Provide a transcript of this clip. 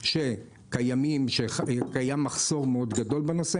קיים מחסור מאוד גדול בנושא,